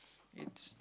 it's